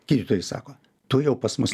gydytojai sako tu jau pas mus